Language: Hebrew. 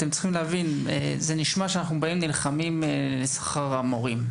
זה נשמע שאנו נלחמים על שכר המורים.